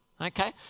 Okay